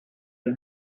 and